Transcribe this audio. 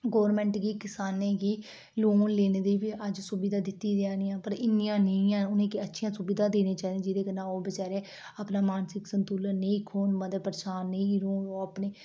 government गी करसानें गी लोन लैने दी बी अज्ज सुविधा दित्ती जानी ऐ पर इन्नियां नेईं हैन उनेंगी अच्छियां सुविधां दित्तियां जानियां चाहिदियां न कि जेह्दे कन्नै ओह् बेचारे अपना मानसक संतुलन नेईं खौह्न मते परेशान नेईं रौह्न ओह् अपने